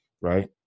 right